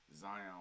Zion